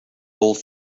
old